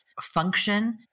function